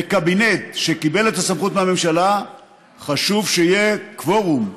בקבינט שקיבל את הסמכות מהממשלה חשוב שיהיה קוורום,